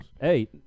Hey